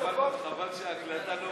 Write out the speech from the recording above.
חבל שההקלטה לא